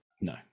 No